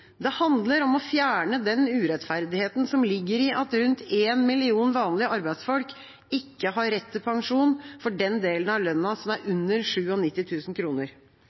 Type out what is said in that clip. det handler om å fjerne den urettferdigheten som ligger i at rundt 1 million vanlige arbeidsfolk ikke har rett til pensjon for den delen av lønna som er under